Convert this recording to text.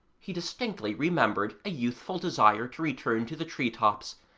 he distinctly remembered a youthful desire to return to the tree-tops,